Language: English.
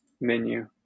menu